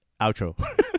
outro